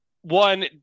one